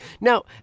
Now